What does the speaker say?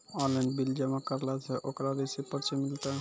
Online bill जमा करला से ओकरौ रिसीव पर्ची मिलतै?